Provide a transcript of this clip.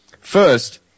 First